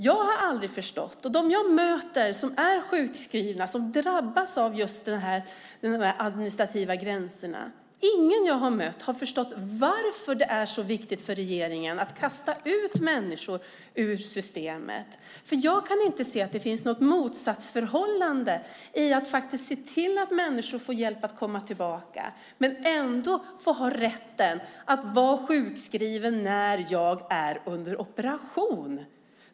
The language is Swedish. Jag har aldrig förstått och inga som jag möter som är sjukskrivna och som drabbas av just dessa administrativa gränser har förstått varför det är så viktigt för regeringen att kasta ut människor ur systemet. Jag kan inte se att det finns något motsatsförhållande i att man faktiskt ser till att människor får hjälp att komma tillbaka men ändå har rätten att vara sjukskrivna när de är under operation.